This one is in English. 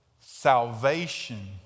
Salvation